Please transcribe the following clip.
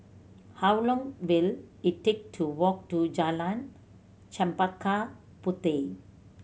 how long will it take to walk to Jalan Chempaka Puteh